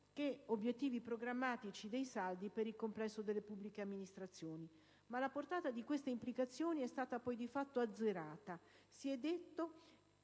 agli obiettivi programmatici dei saldi per il complesso delle pubbliche amministrazioni. Ma la portata di queste implicazioni viene poi di fatto azzerata, si è detto